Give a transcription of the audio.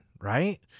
right